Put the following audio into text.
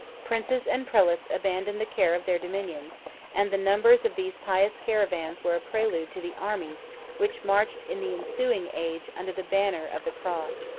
princes and prelates abandoned the care of their dominions and the numbers of these pious caravans were a prelude to the armies which marched in the ensuing age under the banner of the cross.